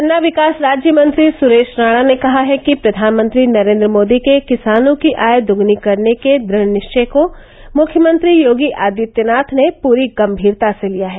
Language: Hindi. गन्ना विकास राज्य मंत्री सुरेश राणा ने कहा है कि प्रधानमंत्री नरेन्द्र मोदी के किसानों की आय दोगुनी करने के दृढ़ निश्चय को मुख्यमंत्री योगी आदित्यनाथ ने पूरी गम्मीरता से लिया है